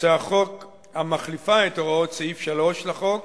הצעת חוק המחליפה את הוראות סעיף 3 לחוק